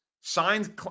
Signed